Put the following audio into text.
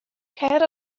cer